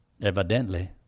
Evidently